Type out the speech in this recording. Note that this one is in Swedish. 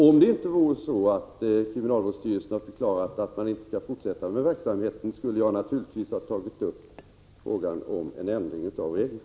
Om kriminalvårdsstyrelsen inte hade förklarat att man inte skall fortsätta med verksamheten, skulle jag naturligtvis ha tagit upp frågan om en ändring av reglerna.